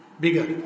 bigger